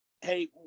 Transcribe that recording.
Hey